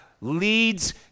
leads